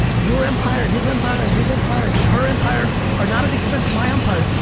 your empire and his empire and his empire and shi'ar empire are not at the expense of my empire.